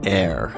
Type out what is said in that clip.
air